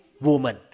woman